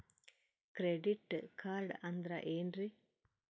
Credit card ಅಂದ್ರ ಏನ್ರೀ?